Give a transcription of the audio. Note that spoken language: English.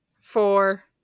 four